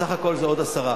בסך הכול זה עוד עשרה.